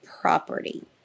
property